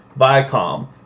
Viacom